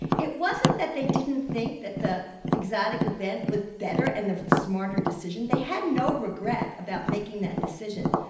it wasn't that they didn't think that the exotic event was better and the smarter decision. they had no regret about making that decision.